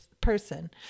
person